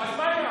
אז מה היה?